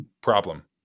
problem